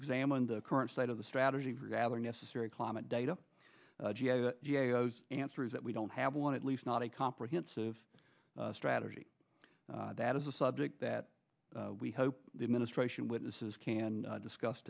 examine the current state of the strategy rather necessary climate data answers that we don't have one at least not a comprehensive strategy that is a subject that we hope the administration witnesses can discuss